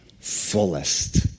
fullest